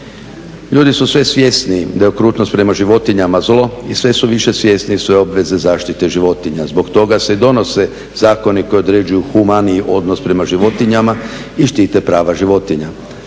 Ljudi su sve svjesniji da je okrutnost prema životinjama zli i sve su više svjesni svoje obveze zaštite životinja, zbog toga se donose zakoni koji određuju humaniji odnos prema životinjama i štite prava životinja.